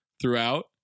throughout